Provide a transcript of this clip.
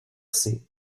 src